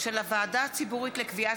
שוויון